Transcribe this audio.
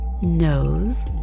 nose